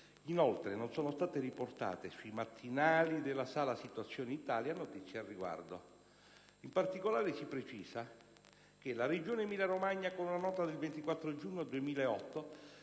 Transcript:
Inoltre non sono state riportate, sui mattinali della Sala situazioni Italia, notizie al riguardo. In particolare, si precisa che la Regione Emilia Romagna, con una nota del 24 giugno 2008,